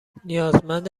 نیازمند